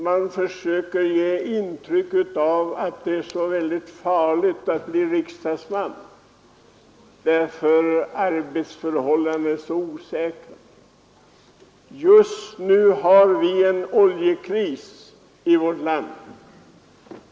Man försöker ge intrycket att det är farligt att bli riksdagsman, därför att arbetsförhållandena är så osäkra. Just nu har vi en oljekris i vårt land.